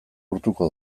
urtuko